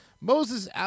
Moses